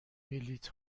بلیط